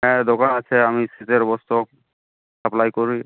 হ্যাঁ দোকান আছে আমি শীতের বস্ত্র সাপ্লাই করি